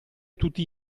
tutti